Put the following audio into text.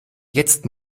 jetzt